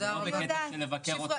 זה לא בקטע של לבקר אותך